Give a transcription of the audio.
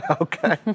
Okay